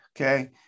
Okay